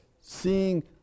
seeing